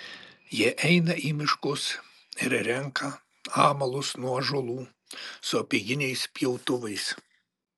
jie eina į miškus ir renka amalus nuo ąžuolų su apeiginiais pjautuvais